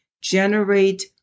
generate